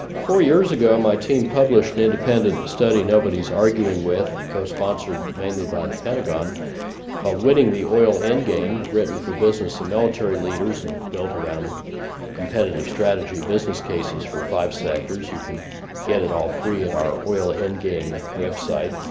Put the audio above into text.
four years ago my team published an independent study nobody's arguing with co-sponsored mainly by the pentagon called winning the oil endgame written for business and military leaders, and built around competitive strategy business cases for five sectors. you can get it all free at our oil endgame website.